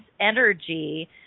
energy